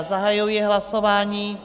Zahajuji hlasování.